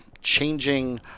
changing